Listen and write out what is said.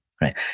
right